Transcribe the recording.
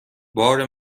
بار